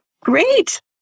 Great